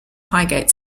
highgate